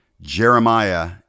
jeremiah